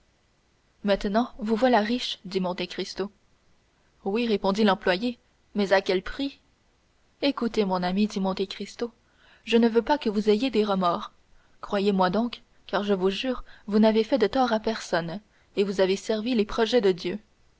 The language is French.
maintenant vous voilà riche dit monte cristo oui répondit l'employé mais à quel prix écoutez mon ami dit monte cristo je ne veux pas que vous ayez des remords croyez-moi donc car je vous jure vous n'avez fait de tort à personne et vous avez servi les projets de dieu